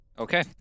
Okay